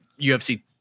UFC